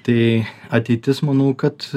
tai ateitis manau kad